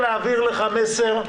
יש לך מזל גדול,